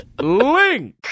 Link